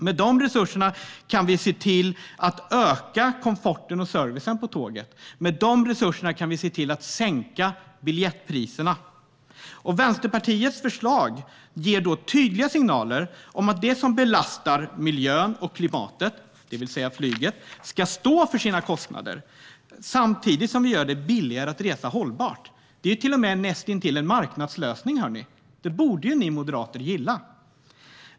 Med de resurserna kan vi se till att öka komforten och servicen på tåget. Med de resurserna kan vi se till att sänka biljettpriserna. Vänsterpartiets förslag ger tydliga signaler om att det som belastar miljön och klimatet, det vill säga flyget, ska stå för sina kostnader. Samtidigt gör vi det billigare att resa hållbart. Det är till och med näst intill en marknadslösning. Det borde ni moderater gilla.